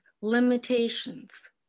limitations